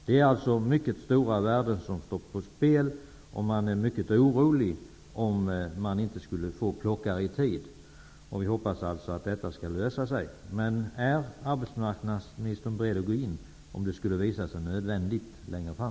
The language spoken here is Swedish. Det är mycket stora värden som står på spel, och man är orolig för att inte få plockare i tid. Vi hoppas att detta skall lösa sig. Är arbetsmarknadsministern beredd att gå in, om det skulle visa sig nödvändigt längre fram?